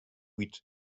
weed